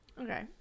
okay